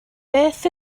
beth